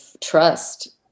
trust